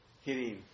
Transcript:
hitting